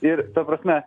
ir ta prasme